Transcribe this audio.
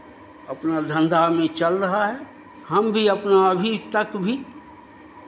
अपना धन्धा में चल रहा है हम भी अपना अभी तक भी